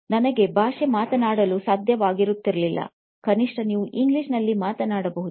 ನನಗೆ ಭಾಷೆ ಮಾತನಾಡಲು ಸಾಧ್ಯವಾಗಿರಲ್ಲಿಲ್ಲ ಕನಿಷ್ಠ ನೀವು ಇಂಗ್ಲಿಷ್ ನಲ್ಲಿ ಮಾತನಾಡಬಹುದು